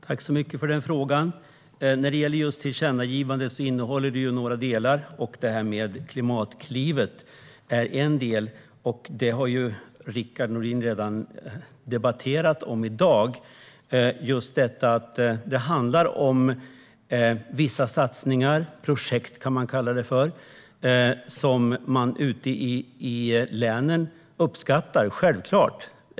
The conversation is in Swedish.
Herr talman! Tack så mycket för frågan! Tillkännagivandet innehåller några delar. Klimatklivet är en del. Det har Rickard Nordin redan debatterat om i dag. Det handlar om vissa satsningar - projekt, kan man kalla dem - som man ute i länen självklart uppskattar.